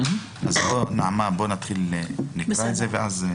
נתחיל בהקראה.